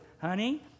Honey